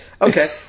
Okay